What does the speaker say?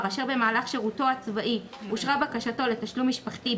אשר במהלך שירותו הצבאי אושרה בקשתו לתשלום משפחתי,